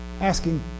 Asking